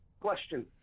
question